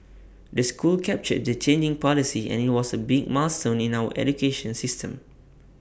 the school captured the changing policy and IT was A big milestone in our education system